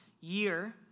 year